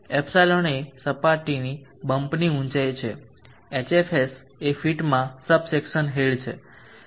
ε એ સપાટીની બમ્પની ઊંચાઇ છે hfs એ ફીટમાં સબસેક્સન હેડ છે